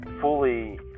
fully